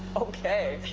okay.